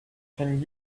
ten